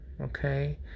okay